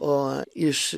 o iš